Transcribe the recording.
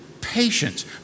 patience